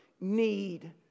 need